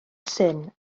syn